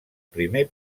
primer